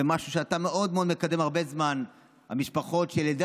זה משהו שאתה מאוד מאוד מקדם הרבה זמןף המשפחות של ילדי